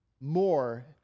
more